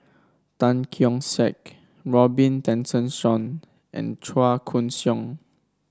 Tan Keong Saik Robin Tessensohn and Chua Koon Siong